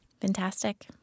Fantastic